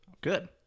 Good